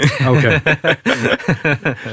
Okay